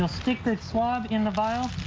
ah stick the swap in the filed.